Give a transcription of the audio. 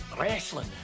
wrestling